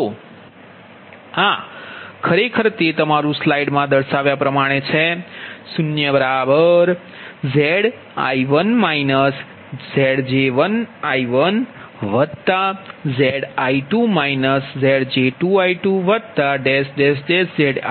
તો આ ખરેખર તે તમારુ સ્લાઇડ મા દર્શાવ્યા પ્ર્માણે છે 0Zi1 Zj1I1Zi2 Zj2I2Zii ZijIiZij ZjjIjZin ZjnInZbZiiZjj